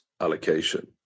allocation